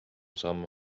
sammu